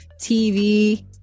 TV